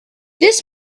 this